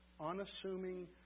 unassuming